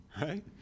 right